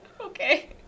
okay